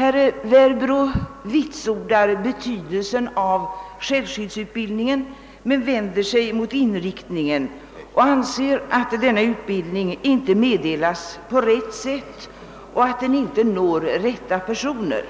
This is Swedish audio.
Herr Werbro vitsordade betydelsen av självskyddsutbildningen men vände sig mot inriktningen och ansåg att denna utbildning inte meddelas på rätt sätt och att den inte når de rätta personerna.